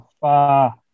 far